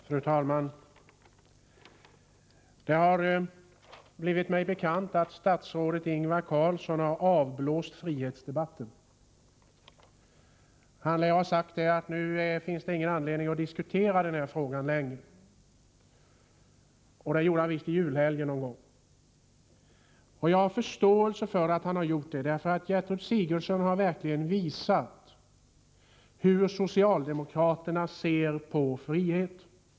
Fru talman! Det har blivit mig bekant att statsrådet Ingvar Carlsson har avblåst frihetsdebatten. Han lär ha sagt att nu finns det ingen anledning att diskutera den här frågan längre. Det gjorde han visst någon gång under julhelgen. Jag har förståelse för att han har gjort det därför att Gertrud Sigurdsen har verkligen visat hur socialdemokraterna ser på frihet.